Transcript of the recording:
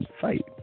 fight